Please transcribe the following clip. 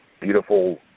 beautiful